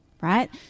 right